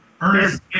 Ernest